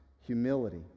humility